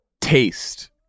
taste